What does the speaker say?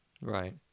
Right